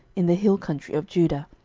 in the hill country of judah,